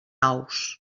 ous